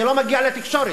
זה לא מגיע לתקשורת.